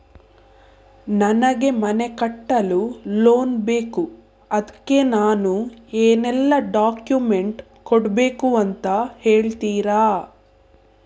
ನನಗೆ ಮನೆ ಕಟ್ಟಲು ಲೋನ್ ಬೇಕು ಅದ್ಕೆ ನಾನು ಏನೆಲ್ಲ ಡಾಕ್ಯುಮೆಂಟ್ ಕೊಡ್ಬೇಕು ಅಂತ ಹೇಳ್ತೀರಾ?